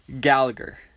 Gallagher